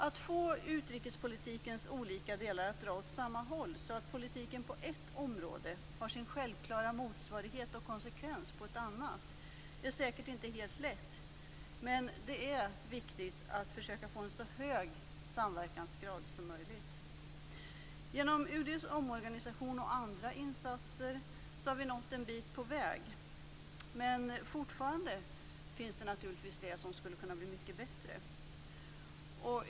Att få utrikespolitikens olika delar att dra åt samma håll, så att politiken på ett område har sin självklara motsvarighet och konsekvens på ett annat, är säkert inte helt lätt, men det är viktigt att försöka få en så hög samverkansgrad som möjligt. Genom UD:s omorganisation och andra insatser har vi nått en bit på väg. Men fortfarande finns det naturligtvis sådant som skulle kunna bli mycket bättre.